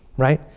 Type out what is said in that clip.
right?